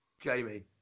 Jamie